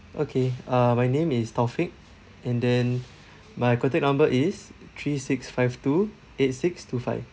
okay uh my name is taufiq and then my contact number is three six five two eight six two five